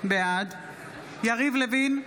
בעד יריב לוין,